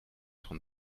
von